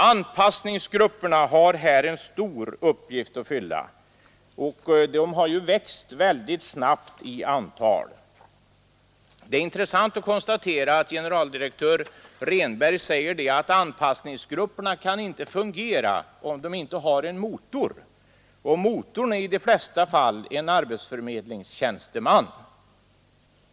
Anpassningsgrupperna har här en stor uppgift att fylla, och de har växt väldigt snabbt i antal. Det är intressant att konstatera att generaldirektör Rehnberg säger att anpassningsgrupperna inte kan fungera om de inte har en motor. Och motorn är i de flesta fall en arbetsförmedlingstjänsteman.